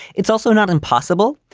it's also not impossible.